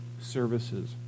services